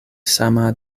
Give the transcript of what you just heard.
sama